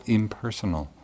impersonal